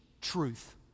truth